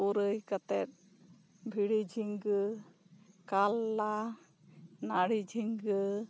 ᱯᱩᱨᱟᱹᱭ ᱠᱟᱛᱮᱜ ᱵᱷᱤᱲᱤ ᱡᱷᱤᱸᱜᱟᱹ ᱠᱟᱞᱞᱟ ᱱᱟᱹᱲᱤ ᱡᱷᱤᱸᱜᱟᱹ